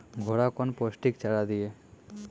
घोड़ा कौन पोस्टिक चारा दिए?